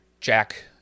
Jack